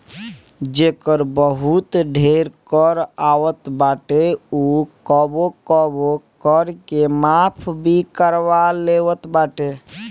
जेकर बहुते ढेर कर आवत बाटे उ कबो कबो कर के माफ़ भी करवा लेवत बाटे